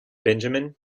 benjamin